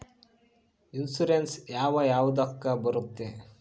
Insurance ಯಾವ ಯಾವುದಕ್ಕ ಬರುತ್ತೆ?